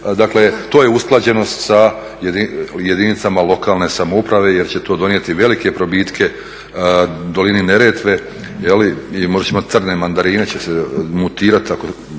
dakle to je usklađenost sa jedinicama lokalne samouprave jer će to donijeti velike probitke Dolini Neretve i možda ćemo imati crne mandarine će se mutirati